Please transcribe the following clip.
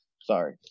Sorry